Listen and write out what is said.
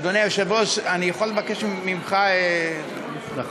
אדוני היושב-ראש, אני יכול לבקש ממך, נכון.